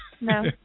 No